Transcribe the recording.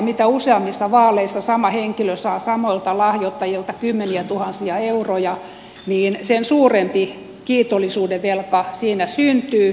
mitä useammissa vaaleissa sama henkilö saa samoilta lahjoittajilta kymmeniätuhansia euroja niin sen suurempi kiitollisuudenvelka siinä syntyy